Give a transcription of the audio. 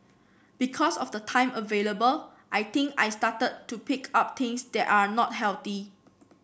because of the time available I think I started to pick up things that are not healthy